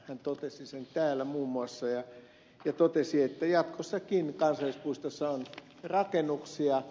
hän totesi sen täällä muun muassa ja totesi että jatkossakin kansallispuistoissa on rakennuksia